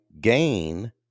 gain